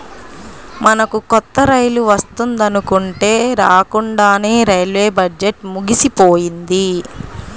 మనకు కొత్త రైలు వస్తుందనుకుంటే రాకండానే రైల్వే బడ్జెట్టు ముగిసిపోయింది